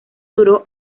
duró